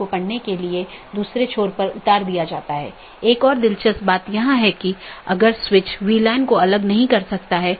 हम देखते हैं कि N1 R1 AS1 है यह चीजों की विशेष रीचाबिलिटी है